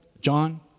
John